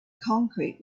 concrete